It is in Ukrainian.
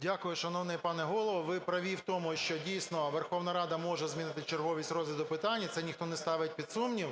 Дякую, шановний пане Голово. Ви праві в тому, що дійсно Верховна Рада може змінити черговість розгляду питань, і це ніхто не ставить під сумнів.